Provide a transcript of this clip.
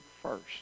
first